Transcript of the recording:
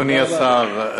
אדוני השר,